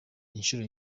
inshuro